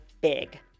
big